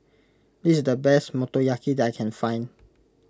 this is the best Motoyaki that I can find